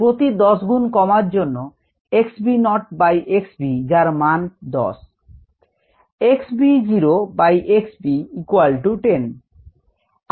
প্রতি 10 গুন কমার জন্য x v naught by x v যার মান 10